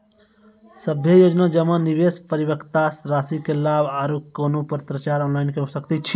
सभे योजना जमा, निवेश, परिपक्वता रासि के लाभ आर कुनू पत्राचार ऑनलाइन के सकैत छी?